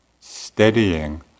steadying